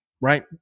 right